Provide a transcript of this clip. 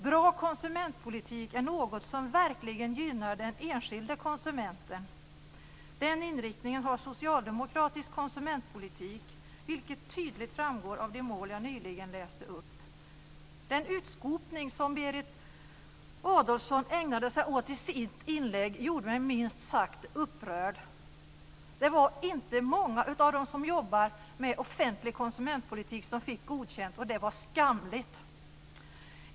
Bra konsumentpolitik är något som verkligen gynnar den enskilde konsumenten. Den inriktningen har socialdemokratisk konsumentpolitik, vilket tydligt framgår av de mål jag nyss nämnde. Den utskopning som Berit Adolfsson ägnade sig åt i sitt inlägg gjorde mig minst sagt upprörd. Det var inte många av dem som jobbar med offentlig konsumentpolitik som fick godkänt. Det var skamligt!